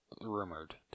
rumored